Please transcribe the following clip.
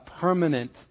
permanent